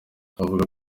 avuga